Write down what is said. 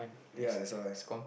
ya that's why